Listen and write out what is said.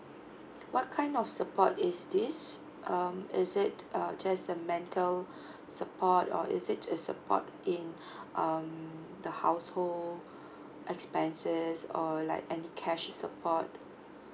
what kind of support is this um is it err just a mental support or is it just support in um the household expenses or like any cash support